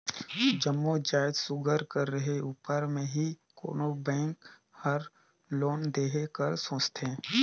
जम्मो जाएत सुग्घर कर रहें उपर में ही कोनो बेंक हर लोन देहे कर सोंचथे